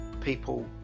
people